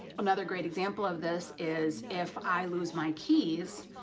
another great example of this is if i lose my keys.